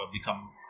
become